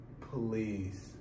please